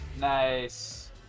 Nice